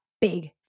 big